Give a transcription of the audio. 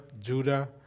Judah